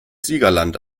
siegerland